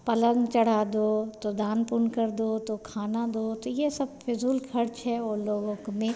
पलंग चढ़ा दो तो दान पुण्य कर दो खाना दो तो यह सब फिज़ूल ख़र्च है उन लोगों क में